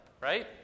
right